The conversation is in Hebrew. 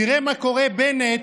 תראה מה קורה, בנט,